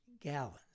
gallons